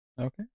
Okay